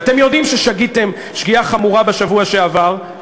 אתם יודעים ששגיתם שגיאה חמורה בשבוע שעבר,